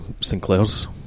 Sinclair's